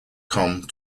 come